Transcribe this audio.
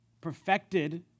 perfected